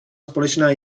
společná